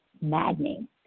maddening